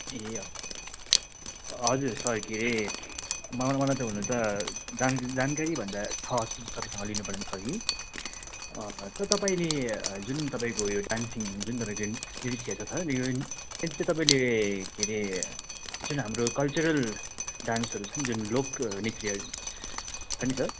ए हजुर सर के हरे मलाई मलाई त हुनु त जान जानकारी भन्दा छ तपाईँसँग लिनु पर्ने छ कि सर तपाईँले जुन तपाईँको यो डान्सिङ जुन तपाईँको यो छ यो चाहिँ तपाईंले के हरे जुन हाम्रो कल्चरल डान्सहरू छ नि जुन लोक नृत्यहरू छ नि सर